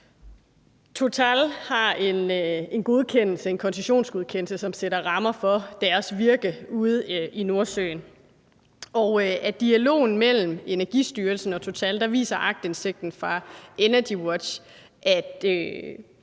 Total har en koncessionsgodkendelse, som sætter rammerne for deres virke ude i Nordsøen. Og af dialogen mellem Energistyrelsen og Total kan man se – det viser aktindsigten fra EnergiWatch – at